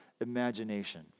imagination